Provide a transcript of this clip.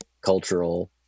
cultural